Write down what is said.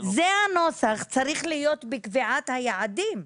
זה הנוסח שצריך להיות בקביעת היעדים.